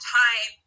time